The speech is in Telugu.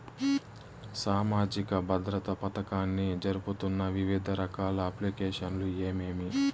సామాజిక భద్రత పథకాన్ని జరుపుతున్న వివిధ రకాల అప్లికేషన్లు ఏమేమి?